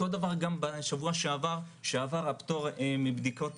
אותו דבר גם בשבוע שעבר הפטור מבדיקות